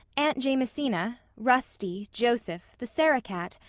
aunt jamesina, rusty, joseph, the sarah-cat,